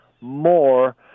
more